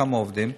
כמה עובדים.